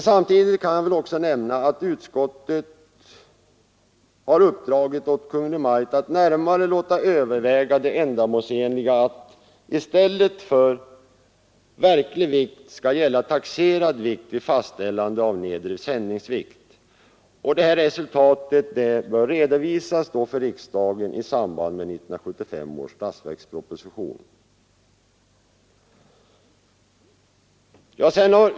Samtidigt vill dock utskottet att Kungl. Maj:t närmare låter överväga det ändamålsenliga i att i stället för verklig vikt skall gälla taxerad vikt vid fastställande av nedre sändningsvikt. Resultatet av detta övervägande bör redovisas för riksdagen i 1975 års statsverksproposition.